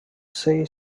say